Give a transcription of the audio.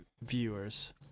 viewers